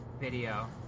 video